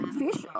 fish